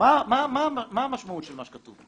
מה המשמעות של מה שכתוב פה?